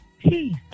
Peace